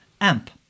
Amp